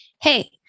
hey